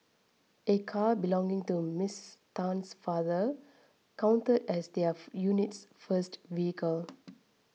a car belonging to Ms Tan's father counted as their unit's first vehicle